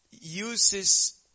uses